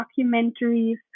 documentaries